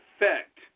effect